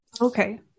Okay